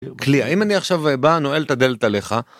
כלי האם אני עכשיו בא נועל תדלת עליך.